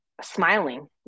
smiling